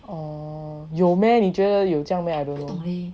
oh 有 meh 你觉得有这样